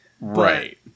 Right